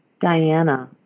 Diana